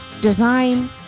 design